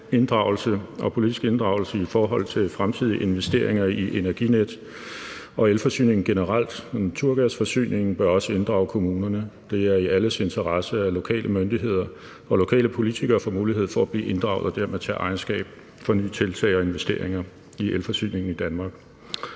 interessentinddragelse og politisk inddragelse i forhold til fremtidige investeringer i Energinet og elforsyningen generelt og naturgasforsyningen bør også inddrage kommunerne. Det er i alles interesse, at lokale myndigheder og lokale politikere får mulighed for at blive inddraget og dermed tage ejerskab for nye tiltag og investeringer i elforsyningen i Danmark,